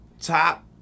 top